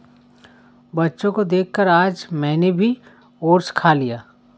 बच्चों को देखकर आज मैंने भी ओट्स खा लिया